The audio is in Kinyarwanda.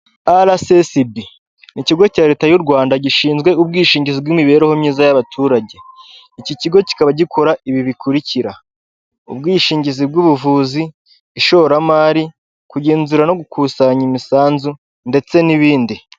RSSB ni ikigo cya leta y'u Rwanda gishinzwe ubwishingizi bw'imibereho myiza y'abaturage iki kigo kikaba gikora ibi bikurikira ubwishingizi bw'ubuvuzi ,ishoramari kugenzura no gukusanya imisanzu ndetse n'ibindi .